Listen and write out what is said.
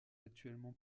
actuellement